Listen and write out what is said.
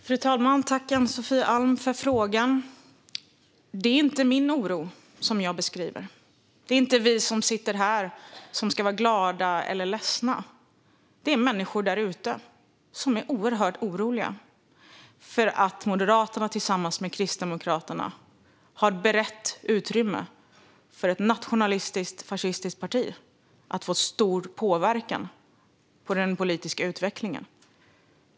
Fru talman! Tack, Ann-Sofie Alm, för frågan! Det är inte min oro som jag beskriver. Det är inte vi som sitter här som ska vara glada eller ledsna. Det är människor därute som är oerhört oroliga för att Moderaterna tillsammans med Kristdemokraterna har berett utrymme för ett nationalistiskt fascistiskt parti att få stor påverkan på den politiska utvecklingen.